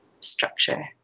structure